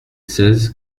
seize